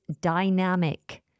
dynamic